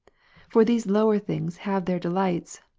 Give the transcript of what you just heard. for these lower things have their delights,